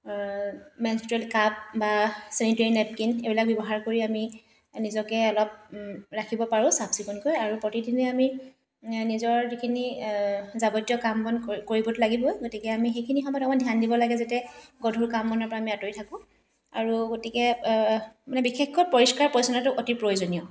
menstrual cup বা sanitary napkin এইবোৰ ব্যৱহাৰ কৰি আমি নিজকে অলপ ৰাখিব পাৰোঁ চাফ চিকুনকৈ আৰু প্ৰতিদিনে আমি নিজৰ যিখিনি যাৱতীয় কাম বন কৰি কৰিবতো লাগিবই গতিকে সেইখিনি সময়ত আমি ধ্যান দিব লাগে যাতে গধুৰ কাম বনৰ পৰা আমি আঁতৰি থাকোঁ আৰু গতিকে মানে বিশেষকৈ পৰিষ্কাৰ পৰিচ্ছন্নতাটো অতি প্ৰয়োজনীয়